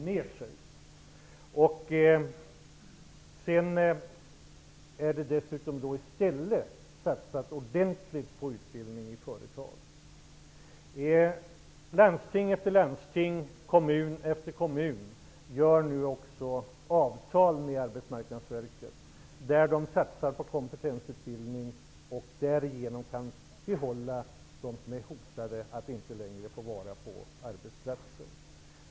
Dessutom satsas det i stället på ordentlig utbildning i företag. Landsting efter landsting, kommun efter kommun träffar nu också avtal med Arbetsmarknadsverket, där man satsar på kompetensutbildning. Därigenom kan man behålla de som är hotade att få lämna arbetsplatsen.